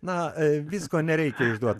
na visko nereikia išduot